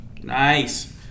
nice